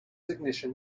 ignition